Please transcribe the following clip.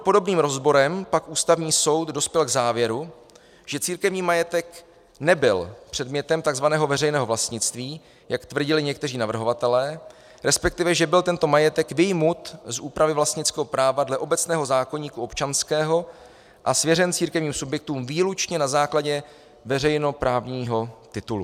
Podobným rozborem pak Ústavní soud dospěl k závěru, že církevní majetek nebyl předmětem tzv. veřejného vlastnictví, jak tvrdili někteří navrhovatelé, resp, že byl tento majetek vyjmut z úpravy vlastnického práva dle obecného zákoníku občanského a svěřen církevním subjektům výlučně na základně veřejnoprávního titulu.